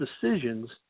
decisions